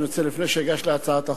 לפני שאגש להציג את הצעת החוק,